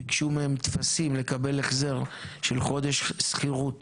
ביקשו מהם טפסים לקבל החזר של חודש שכירות